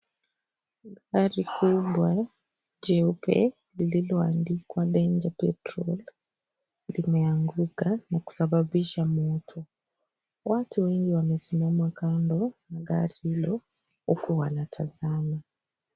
Gari kubwa, jeupe, lililoandikwa Danger Petrol, limeanguka na kusababisha moto. Watu wengi wamesimama kando, ya gari hilo, huku wanatazama.